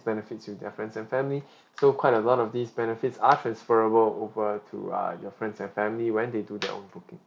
benefits with their friends and family so quite a lot of these benefits are transferable over to err your friends and family when they do their own booking